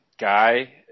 guy